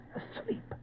asleep